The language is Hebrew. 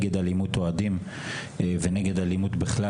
נגד אלימות אוהדים ונגד אלימות בכלל,